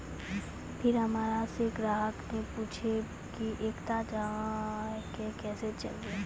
फिर हमारा से ग्राहक ने पुछेब की एकता अहाँ के केसे चलबै?